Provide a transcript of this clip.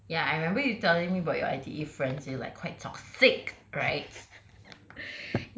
ya I remember you telling me about your I_T_E friends they're like quite toxic right